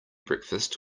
breakfast